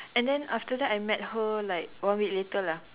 and then after that I met her like one week later lah